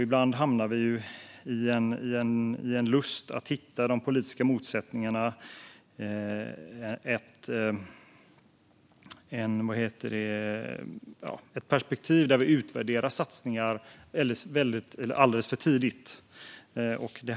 Ibland grips vi av lust att hitta politiska motsättningar och utvärderar därför satsningar alldeles för tidigt.